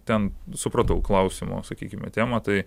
ten supratau klausimo sakykime temą tai